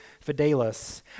fidelis